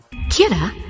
Kira